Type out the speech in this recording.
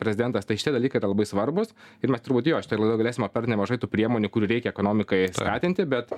prezidentas tai šitie dalykai yra labai svarbūs ir mes turbūt jo šitoj laidoj galėsim aptart nemažai tų priemonių kurių reikia ekonomikai skatinti bet